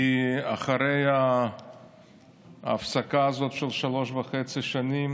כי ההפסקה הזאת של שלוש וחצי שנים